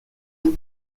gol